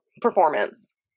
performance